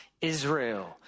Israel